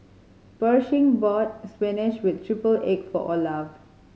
Pershing bought spinach with triple egg for Olaf